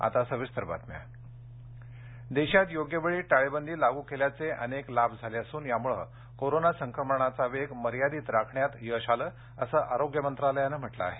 आरोग्य मंत्रालय देशात योग्य वेळी टाळेबंदी लागू केल्याचे अनेक फायदे झाले असून यामुळे कोरोना संक्रमणाचा वेग मर्यादित राखण्यात यश आलं असं आरोग्य मंत्रालयानं म्हटलं आहे